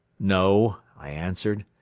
no, i answered,